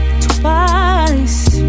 twice